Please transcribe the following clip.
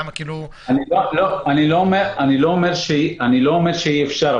אני לא אומר שאי-אפשר,